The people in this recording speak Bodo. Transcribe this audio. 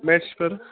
मेथ्सफोर